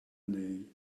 année